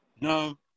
No